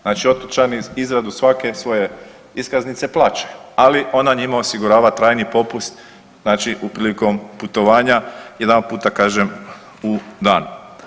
Znači otočani izradu svake svoje iskaznice plaćaju, ali ona njima osigurava trajni popust znači prilikom putovanja, jedan puta kažem u danu.